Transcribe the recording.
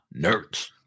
nerds